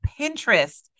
Pinterest